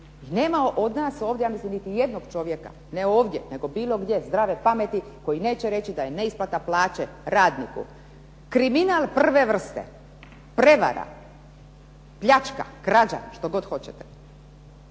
Nema od nas ovdje, ja mislim niti jednog čovjeka, ne ovdje nego bilo gdje, zdrave pameti koji neće reći da je neisplata plaće radniku kriminal prve vrste, prevara, pljačka, krađa, što god hoćete.